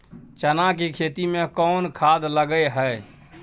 चना के खेती में कोन खाद लगे हैं?